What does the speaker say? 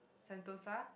Sentosa